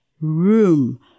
room